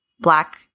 Black